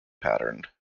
patterned